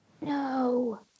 No